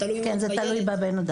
זה תלוי בילד,